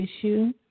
issue